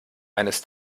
eines